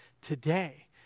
today